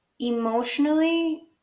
emotionally